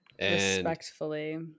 respectfully